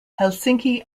helsinki